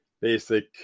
basic